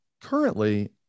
currently